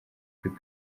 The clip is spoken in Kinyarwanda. kuri